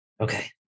Okay